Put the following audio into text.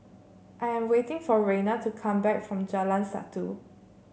I am waiting for Reina to come back from Jalan Satu